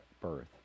birth